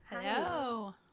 Hello